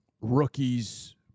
rookies